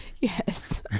Yes